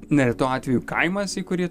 neretu atveju kaimas į kurį